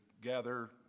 gather